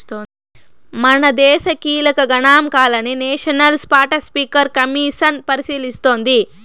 మనదేశ కీలక గనాంకాలని నేషనల్ స్పాటస్పీకర్ కమిసన్ పరిశీలిస్తోంది